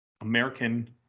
american